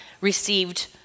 received